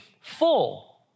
full